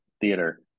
theater